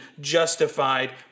justified